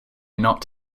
not